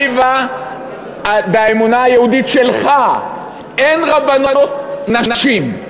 אליבא דאמונה היהודית שלך, אין רבנוֹת נשים.